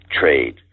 trade